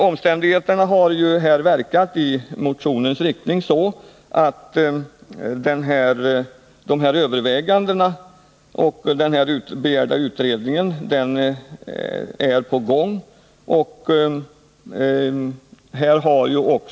Omständigheterna har dock verkat i motionens riktning. Den begärda utredningen är på gång.